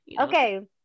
Okay